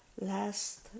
last